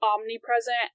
omnipresent